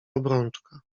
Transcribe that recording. obrączka